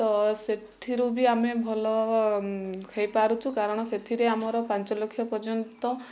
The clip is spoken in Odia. ତ ସେଥିରୁ ବି ଆମେ ଭଲ ହୋଇପାରୁଛୁ କାରଣ ସେଥିରେ ଆମର ପାଞ୍ଚ ଲକ୍ଷ ପର୍ଯ୍ୟନ୍ତ